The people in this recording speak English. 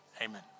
amen